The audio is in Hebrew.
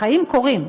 החיים קורים.